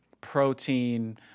protein